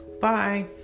Bye